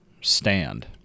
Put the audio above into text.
stand